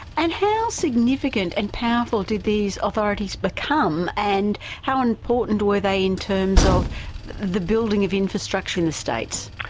and how significant and powerful did these authorities become and how important were they in terms of the building of infrastructure in the states?